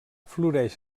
floreix